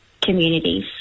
communities